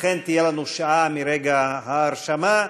לכן, תהיה לנו שעה מרגע ההרשמה.